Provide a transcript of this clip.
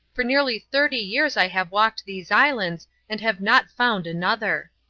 for nearly thirty years i have walked these islands and have not found another.